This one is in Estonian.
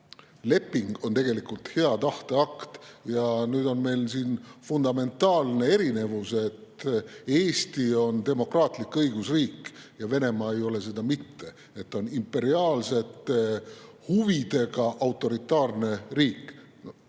leping on tegelikult hea tahte akt. Meil on siin fundamentaalne erinevus: Eesti on demokraatlik õigusriik, aga Venemaa ei ole seda mitte. Ta on imperiaalsete huvidega autoritaarne riik.